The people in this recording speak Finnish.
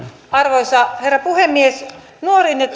arvoisa herra puhemies nuoriin ja